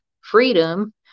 freedom